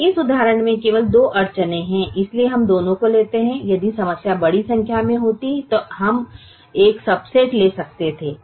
अब इस उदाहरण में केवल दो अड़चनें हैं इसलिए हम दोनों को लेते हैं यदि समस्या बड़ी संख्या में होती तो हम एक सब्सेट ले सकते थे